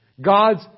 God's